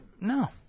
No